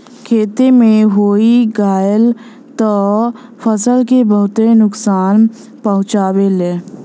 खेते में होई गयल त फसल के बहुते नुकसान पहुंचावेला